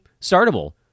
startable